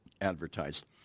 advertised